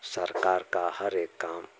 सरकार का हर एक काम